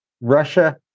Russia